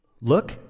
Look